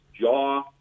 jaw